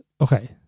okay